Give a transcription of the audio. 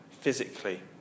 physically